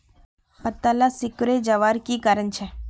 पत्ताला सिकुरे जवार की कारण छे?